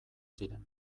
ziren